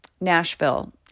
Nashville